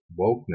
wokeness